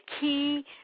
key